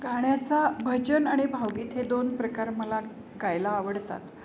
गाण्याचा भजन आणि भावगीत हे दोन प्रकार मला गायला आवडतात